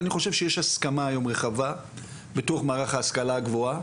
אני חושב שיש היום הסכמה רחבה בתוך מערך ההשכלה הגבוהה,